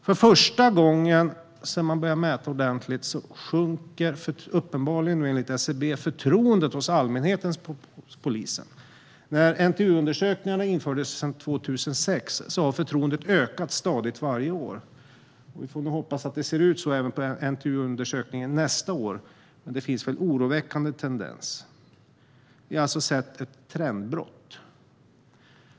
För första gången sedan man började mäta ordentligt sjunker enligt SCB allmänhetens förtroende för polisen. Sedan NTU-undersökningarna infördes 2006 har förtroendet ökat stadigt varje år. Vi får väl hoppas att det ser ut så även i NTU-undersökningen nästa år, men det finns en oroväckande tendens. Vi har alltså sett ett trendbrott.